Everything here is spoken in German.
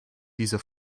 dieser